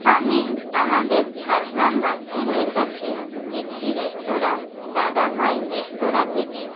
আমি আমাদের ঝাড়গ্রাম বাসস্ট্যান্ডের কাছে একটি রেস্তোরাঁ দাদাভাই রেস্তোরাঁ থেকে